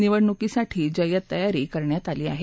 निवडणुकीसाठी जय्यत तयारी करण्यात आली आहे